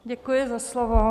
Děkuji za slovo.